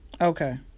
Okay